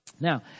Now